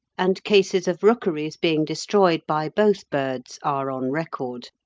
and cases of rookeries being destroyed by both birds are on record.